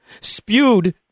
spewed